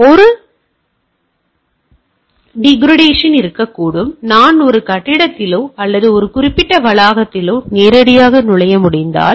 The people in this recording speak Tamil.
எனவே ஒரு டீக்ராடேஷன் இருக்கக்கூடும் நான் ஒரு கட்டிடத்திலோ அல்லது ஒரு குறிப்பிட்ட வளாகத்திலோ நேராக நுழைய முடிந்தால்